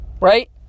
Right